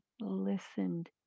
listened